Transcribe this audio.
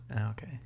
Okay